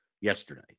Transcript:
yesterday